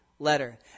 Letter